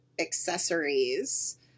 accessories